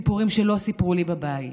סיפורים שלא סיפרו לי בבית,